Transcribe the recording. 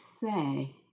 say